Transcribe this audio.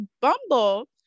Bumble